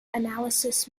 analysis